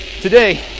Today